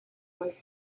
was